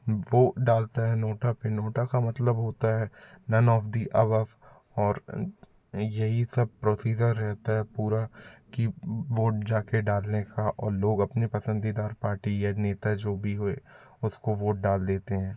वो डालता है नोटा पर नोटा का मतलब होता है नन ऑफ दी अबव और यही सब प्रोसीज़र रहता है पूरा कि वोट जा कर डालने का और लोग अपनी पसंदीदा पार्टी या नेता जो भी हुए उसको वोट डाल देते हैं